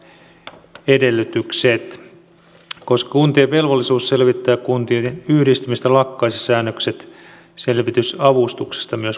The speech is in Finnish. koska kuntien velvollisuus selvittää kuntien yhdistymistä lakkaisi myös säännökset selvitysavustuksesta kumottaisiin